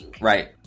Right